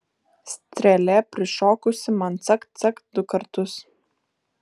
strėlė prišokusi man cakt cakt du kartus